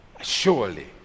Surely